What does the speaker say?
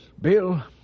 Bill